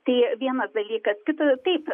tai vienas dalykas kita taip